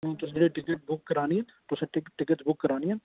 तुसें ticket book करानी तुसें टिकट बुक करानियां न